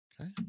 Okay